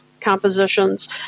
compositions